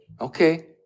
okay